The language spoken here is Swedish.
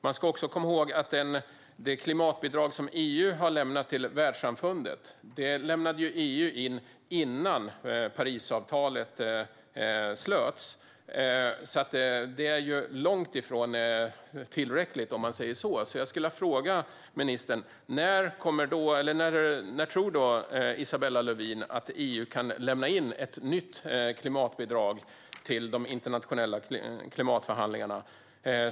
Man ska också komma ihåg att det klimatbidrag som EU har lämnat till världssamfundet lämnades in innan Parisavtalet slöts. Det är långt ifrån tillräckligt, om man säger så. Jag vill fråga ministern: När tror Isabella Lövin att EU kan lämna in ett nytt klimatbidrag till de internationella klimatförhandlingarna?